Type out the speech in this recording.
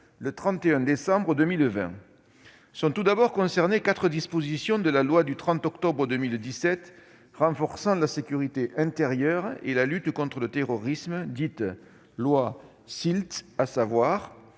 le 31 décembre prochain. Sont tout d'abord concernées quatre dispositions de la loi du 30 octobre 2017 renforçant la sécurité intérieure et la lutte contre le terrorisme, à savoir